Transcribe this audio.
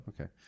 Okay